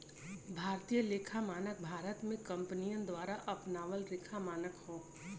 भारतीय लेखा मानक भारत में कंपनियन द्वारा अपनावल लेखा मानक हौ